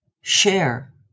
share